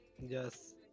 Yes